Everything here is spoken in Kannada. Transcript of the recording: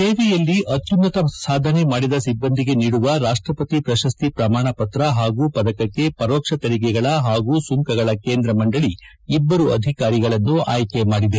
ಸೇವೆಯಲ್ಲಿ ಅತ್ಯುನ್ನತ ಸಾಧನೆ ಮಾಡಿದ ಸಿಬ್ಬಂದಿಗೆ ನೀಡುವ ರಾಷ್ಟ್ರಪತಿ ಪ್ರಶಸ್ತಿ ಪ್ರಮಾಣ ಪತ್ರ ಹಾಗೂ ಪದಕಕ್ಕೆ ಪರೋಕ್ಷ ತೆರಿಗೆಗಳ ಹಾಗೂ ಸುಂಕಗಳ ಕೇಂದ್ರ ಮಂಡಳಿ ಇಬ್ಬರು ಅಧಿಕಾರಿಗಳನ್ನು ಆಯ್ಕೆ ಮಾಡಿದೆ